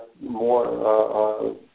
more